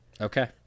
okay